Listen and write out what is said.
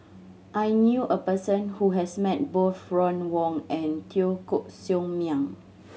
I knew a person who has met both Ron Wong and Teo Koh Sock Miang